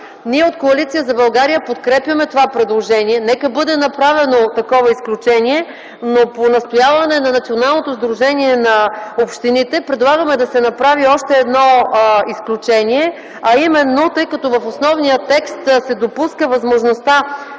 Ние от Коалиция за България подкрепяме това предложение, нека бъде направено такова изключение. Но по настояване на Националното сдружение на общините предлагаме да се направи още едно изключение. Тъй като в основния текст се допуска възможността